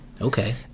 okay